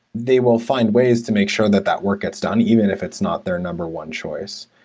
they will find ways to make sure that that work gets done even if it's not their number one choice.